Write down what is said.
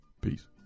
Peace